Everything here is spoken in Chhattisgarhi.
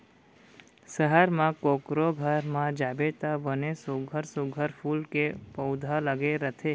सहर म कोकरो घर म जाबे त बने सुग्घर सुघ्घर फूल के पउधा लगे रथे